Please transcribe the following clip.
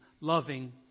loving